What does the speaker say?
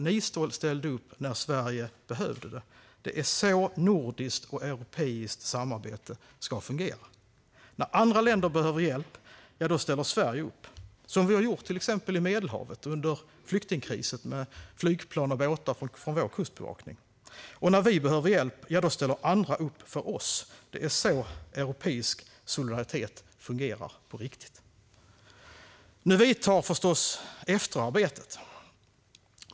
Ni ställde upp när Sverige behövde det. Det är så nordiskt och europeiskt samarbete ska fungera. När andra länder behöver hjälp ställer Sverige upp, som vi har gjort till exempel i Medelhavet under flyktingkrisen med flygplan och båtar från vår kustbevakning, och när vi behöver hjälp ställer andra länder upp för oss. Det är så europeisk solidaritet fungerar på riktigt. Nu vidtar förstås efterarbetet.